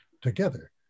together